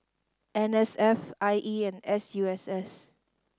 N S F I E and S U S S